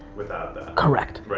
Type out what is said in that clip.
without that. correct. right.